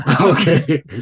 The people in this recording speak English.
Okay